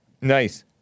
Nice